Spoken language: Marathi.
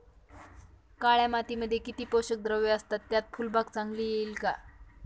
काळ्या मातीमध्ये किती पोषक द्रव्ये असतात, त्यात फुलबाग चांगली येईल का?